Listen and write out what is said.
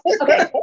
Okay